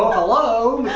hello.